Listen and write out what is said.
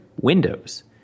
Windows